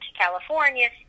California